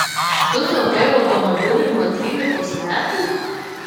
tu taupai automobiliui nuo trylikos metų